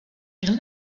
grill